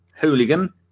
hooligan